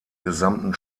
gesamten